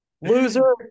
loser